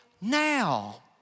now